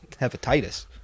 hepatitis